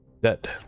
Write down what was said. dead